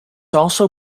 also